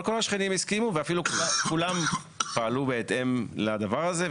אבל כל השכנים הסכימו ואפילו כולם פעלו בהתאם לדבר הזה,